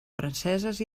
franceses